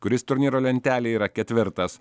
kuris turnyro lentelėje yra ketvirtas